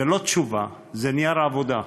זאת לא תשובה, אלא נייר עבודה.